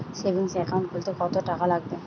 Savings account খুলতে কতটাকা লাগবে?